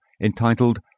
entitled